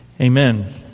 Amen